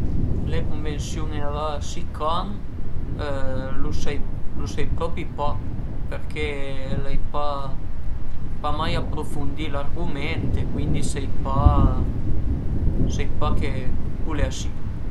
Le cunvensiun erà süi can lu sai lu sai propi pa përché l'ai pa pa mai aprufundi l'argument e cuindi sai pa sai pa che cule a sìu